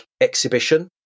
exhibition